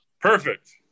perfect